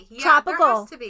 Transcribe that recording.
Tropical